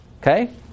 Okay